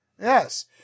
Yes